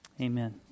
amen